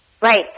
Right